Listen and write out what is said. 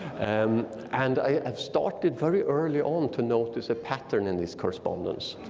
um and i started very early on to notice a pattern in this correspondence.